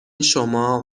شما